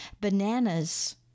Bananas